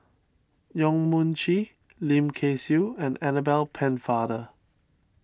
Yong Mun Chee Lim Kay Siu and Annabel Pennefather